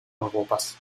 europas